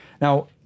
Now